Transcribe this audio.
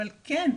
אבל כן,